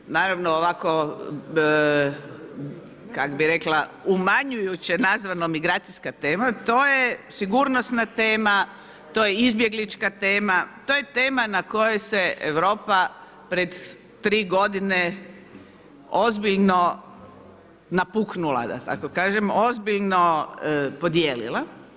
To je, naravno ovako kako bih rekla umanjujuće nazvano migracijska tema, to je sigurnosna tema, to je izbjeglička tema, to je tema na kojoj se Europa pred 3 godine ozbiljno napuhnula da tako kažem, ozbiljno podijelila.